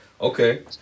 Okay